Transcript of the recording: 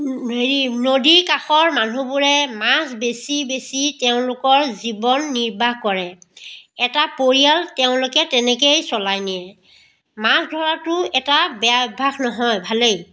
হেৰি নদীৰ কাষৰ মানুহবোৰে মাছ বেচি বেচি তেওঁলোকৰ জীৱন নিৰ্বাহ কৰে এটা পৰিয়াল তেওঁলোকে তেনেকেই চলাই নিয়ে মাছ ধৰাটো এটা বেয়া অভ্যাস নহয় ভালেই